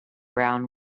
brown